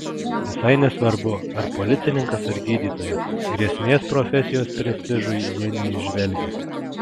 visai nesvarbu ar policininkas ar gydytojas grėsmės profesijos prestižui jie neįžvelgia